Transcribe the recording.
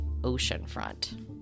oceanfront